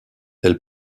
elle